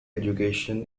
education